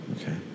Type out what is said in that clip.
Okay